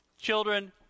Children